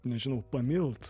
nežinau pamilt